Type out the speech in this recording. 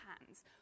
hands